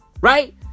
Right